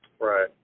Right